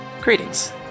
Greetings